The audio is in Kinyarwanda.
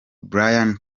bryan